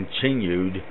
continued